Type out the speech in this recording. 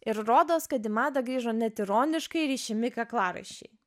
ir rodos kad į madą grįžo net ironiškai rišimi kaklaraiščiai